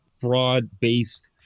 broad-based